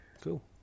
cool